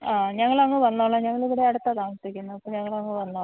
ആ ഞങ്ങൾ അങ്ങ് വന്നോളാം ഞങ്ങൾ അവിടെ അടുത്താണ് താമസിക്കുന്നത് അപ്പം ഞങ്ങൾ അങ്ങ് വന്നോളാം